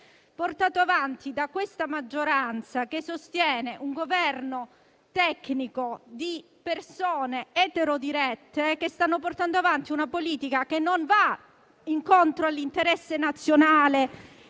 portato avanti da questa maggioranza, che sostiene un Governo tecnico, di persone eterodirette, che stanno portando avanti una politica che non va incontro all'interesse nazionale